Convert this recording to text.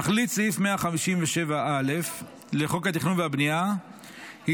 תכלית סעיף 157א לחוק התכנון והבנייה היא